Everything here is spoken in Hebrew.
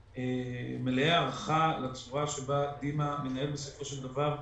מלאי הערכה לצורה שבה דימה מנהל בסופו של דבר.